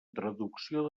traducció